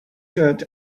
shirt